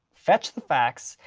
fetch the facts,